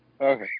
Okay